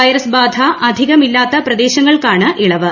virus ബാധ അധികം ഇല്ലാത്ത പ്രദേശങ്ങൾക്കാണ് ഇളവ്